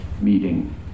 meeting